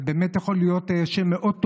זה באמת יכול להיות שם מאוד תואם,